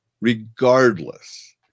Regardless